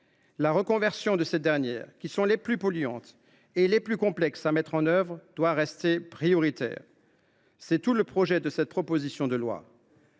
La conversion de ces dernières, qui sont les plus polluantes, est plus complexe à mettre en œuvre et doit rester prioritaire. Tel est l’objet de cette proposition de loi.